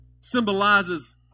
symbolizes